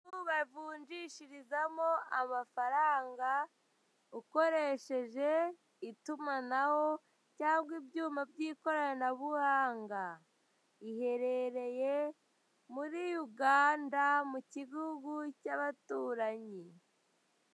Bavunjishirizamo amafaranga, ukoresheje itumanaho cyangwa ibyuma by'ikoranabuhanga, iherereye muri Uganda mu gihugu cy'abaturanyi.